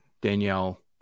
Danielle